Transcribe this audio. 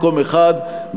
מקום אחד,